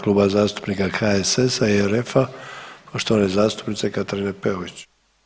Kluba zastupnika HSS i RF-a, poštovane zastupnice Katarine Peović.